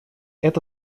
это